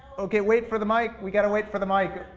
okay wait for the mic, we gotta wait for the mic.